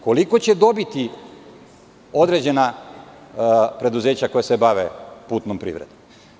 Koliko će dobiti određena preduzeća koja se bave putnom privredom?